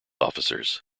officers